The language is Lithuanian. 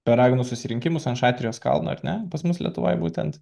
per raganų susirinkimus ant šatrijos kalno ar ne pas mus lietuvoj būtent